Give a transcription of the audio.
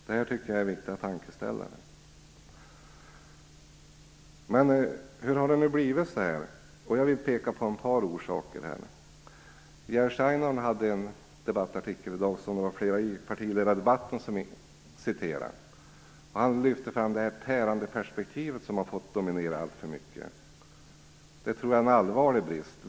Detta är viktiga tankeställare. Jag vill peka på ett par orsaker till att det har blivit så här. Jerzy Einhorns debattartikel i dag. Han lyfte fram att det s.k. tärandeperspektivet har fått dominera alltför mycket, och det tror jag är en allvarlig brist.